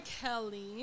Kelly